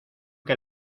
que